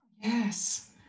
yes